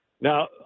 Now